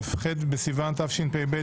כ"ח בסיון התשפ"ב,